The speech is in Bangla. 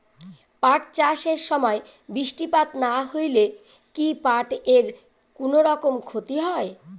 পাট চাষ এর সময় বৃষ্টিপাত না হইলে কি পাট এর কুনোরকম ক্ষতি হয়?